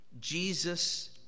Jesus